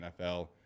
NFL